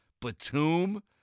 Batum